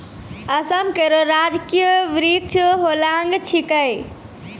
असम केरो राजकीय वृक्ष होलांग छिकै